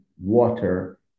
water